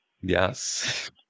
Yes